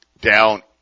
down